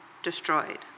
destroyed